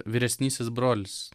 vyresnysis brolis